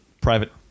private